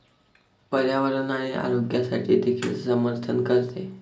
पर्यावरण आणि आरोग्यासाठी देखील समर्थन करते